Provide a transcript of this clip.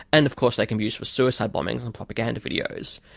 and of course they can be used for suicide bombings and propaganda videos.